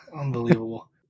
Unbelievable